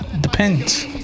Depends